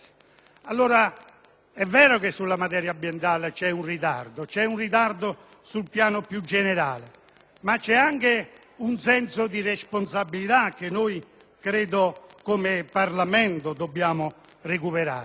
tragica. È vero che sulla materia ambientale c'è un ritardo sul piano più generale, ma c'è anche un senso di responsabilità che, come Parlamento, dobbiamo recuperare.